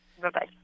Bye-bye